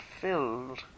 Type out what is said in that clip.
filled